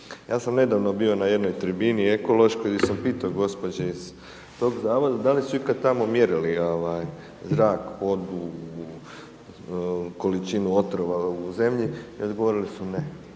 Ja sam nedavno bio na jednoj tribini ekološkoj gdje sam pitao gospođe iz tog zavoda da li su ikad tamo mjerili zrak, vodu, količinu otrova u zemlji i odgovorili su ne.